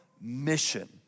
mission